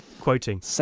Quoting